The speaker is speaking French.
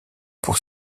pour